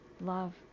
love